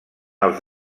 els